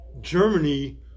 Germany